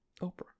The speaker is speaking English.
Oprah